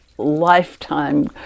lifetime